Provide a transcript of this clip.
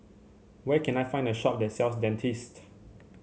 where can I find a shop that sells Dentiste